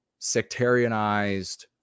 sectarianized